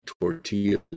tortillas